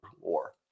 war